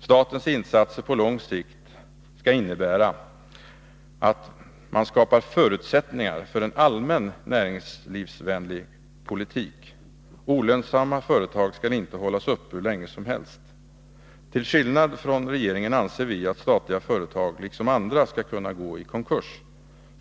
Statens insatser på lång sikt skall innebära att man skapar förutsättningar för en allmän näringslivsvänlig politik. Olönsamma företag skall inte hållas uppe hur länge som helst. Till skillnad från regeringen anser vi att statliga företag liksom andra skall kunna gå i konkurs.